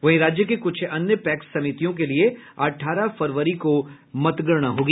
वहीं राज्य के कुछ अन्य पैक्स समितियों के लिये अठारह फरवरी को मतगणना होगी